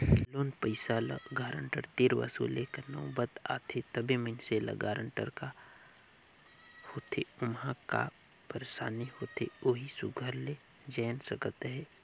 loan पइसा ल guarantor तीर वसूले कर नउबत आथे तबे मइनसे ल गारंटर का होथे ओम्हां का पइरसानी होथे ओही सुग्घर ले जाएन सकत अहे